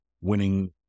winning